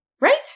Right